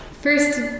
First